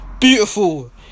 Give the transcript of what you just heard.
Beautiful